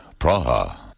Praha